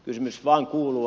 kysymys vain kuuluu